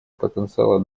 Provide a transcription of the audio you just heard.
потенциала